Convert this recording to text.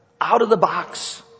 out-of-the-box